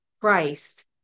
Christ